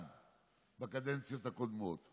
בקדנציות הקודמות,